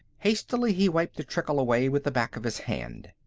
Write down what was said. hastily he wiped the trickle away with the back of his hand.